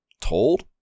told